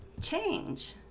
change